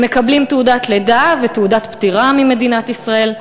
הם מקבלים תעודת לידה ותעודת פטירה ממדינת ישראל,